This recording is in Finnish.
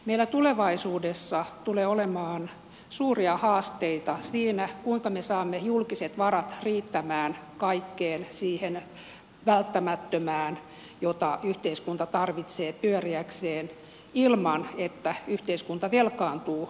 meillä tulevaisuudessa tulee olemaan suuria haasteita siinä kuinka me saamme julkiset varat riittämään kaikkeen siihen välttämättömään jota yhteiskunta tarvitsee pyöriäkseen ilman että yhteiskunta velkaantuu liiaksi